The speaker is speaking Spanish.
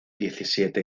diecisiete